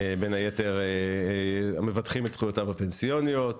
בין היתר מבטחים את זכויותיו הפנסיוניות,